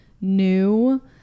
new